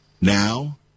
now